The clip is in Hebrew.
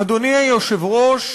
אדוני היושב-ראש,